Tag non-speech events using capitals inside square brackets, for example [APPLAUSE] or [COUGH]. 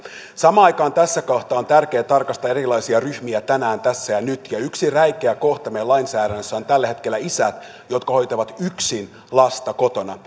samaan aikaan tässä kohtaa on tärkeää tarkastella erilaisia ryhmiä tänään tässä ja nyt yksi räikeä kohta meidän lainsäädännössämme on tällä hetkellä isät jotka hoitavat yksin lasta kotona [UNINTELLIGIBLE]